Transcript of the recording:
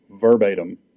verbatim